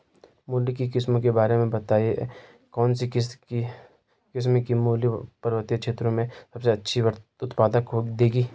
मूली की किस्मों के बारे में बताइये कौन सी किस्म की मूली पर्वतीय क्षेत्रों में सबसे अच्छा उत्पादन देंगी?